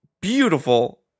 beautiful